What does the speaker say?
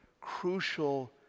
crucial